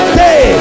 day